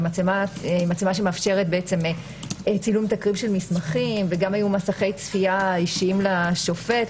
מצלמה שמאפשרת צילום תקריב של מסמכים וגם היו מסכי צפייה אישיים לשופט,